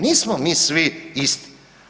Nismo mi svi isti.